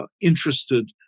interested